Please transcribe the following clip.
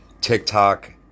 TikTok